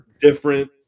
different